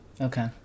Okay